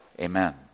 amen